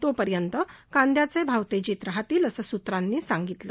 तो पर्यंत कांदयाचे भाव तेजीत राहतील असं सूत्रांनी सांगितलं